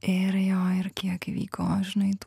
ir jo ir kiek įvyko žinai tų